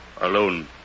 alone